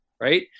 right